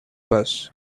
bus